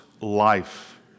life